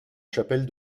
chapelle